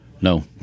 No